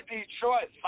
Detroit